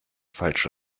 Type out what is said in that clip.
falsche